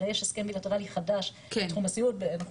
הרי יש הסכם בילטרלי חדש בתחום הסיעוד ואנחנו